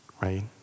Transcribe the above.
right